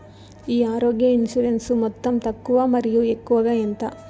ఈ ఆరోగ్య ఇన్సూరెన్సు మొత్తం తక్కువ మరియు ఎక్కువగా ఎంత?